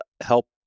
help